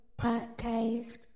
podcast